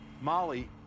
Molly